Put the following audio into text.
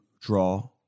draw